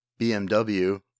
BMW